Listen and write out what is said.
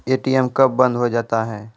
ATM कब बंद हो जाता हैं?